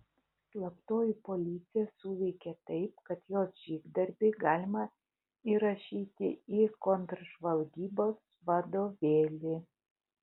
slaptoji policija suveikė taip kad jos žygdarbį galima įrašyti į kontržvalgybos vadovėlį